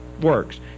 works